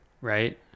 right